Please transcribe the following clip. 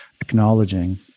acknowledging